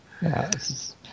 Yes